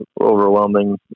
overwhelming